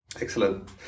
Excellent